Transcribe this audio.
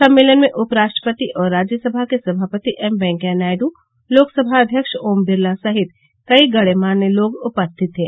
सम्मेलन मे उपराष्ट्रपति और राज्यसभा के सभापति एम वेंकैया नायडू लोकसभा अध्यक्ष ओम बिरला सहित कई गण्यमान्य लोग उपस्थित थे